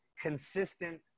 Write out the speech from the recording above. consistent